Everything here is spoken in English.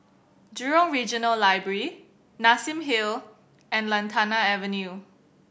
Jurong Regional Library Nassim Hill and Lantana Avenue